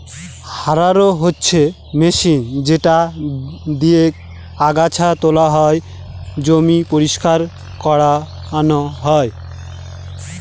harrow হচ্ছে machine যেটা দিয়েক আগাছা তোলা হয়, জমি পরিষ্কার করানো হয়